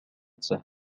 سهلة